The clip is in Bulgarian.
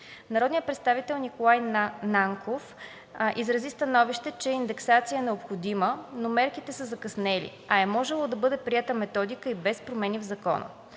Народният представител Николай Нанков изрази становище, че индексация е необходима, но мерките са закъснели, а е можело да бъде приета методика и без промени в Закона.